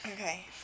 okay